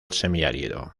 semiárido